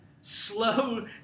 slow